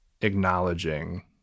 acknowledging